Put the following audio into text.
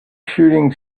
shooting